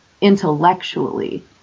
intellectually